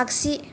आगसि